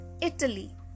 Italy